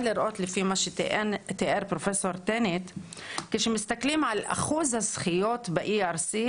לראות לפי מה שתיאר פרופ' טנא כשמסתכלים על אחוז הזכיות ב-ERC,